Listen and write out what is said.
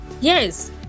yes